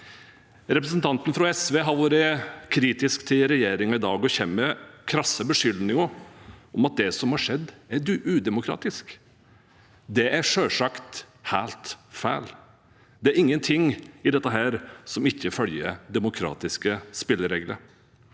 Representanten fra SV har i dag vært kritisk til regjeringen og kommer med krasse beskyldninger om at det som har skjedd, er udemokratisk. Det er selvsagt helt feil. Det er ingen ting i dette som ikke følger demokratiske spilleregler.